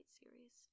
series